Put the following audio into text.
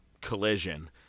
Collision